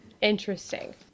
Interesting